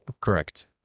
Correct